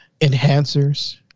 Enhancers